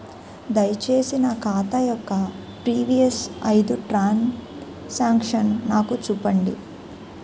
దయచేసి నా ఖాతా యొక్క ప్రీవియస్ ఐదు ట్రాన్ సాంక్షన్ నాకు చూపండి